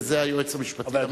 וזה היועץ המשפטי לממשלה.